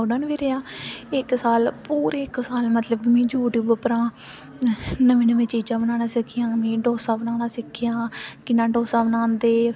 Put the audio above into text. मना कीते दा ओह् तां बी कोई कनेही चीज़ां बड़ियां शैल लगदियां जियां घर गै बनाने आं ओह्दे बाद इक्क गोलगफ्पे आह्ली रेह्ड़ी औंदी ओह्दे गोलगफ्फे इन्ने सोआदले न